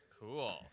Cool